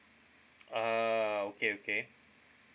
ah okay okay